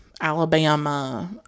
Alabama